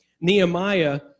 Nehemiah